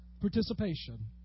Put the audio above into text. participation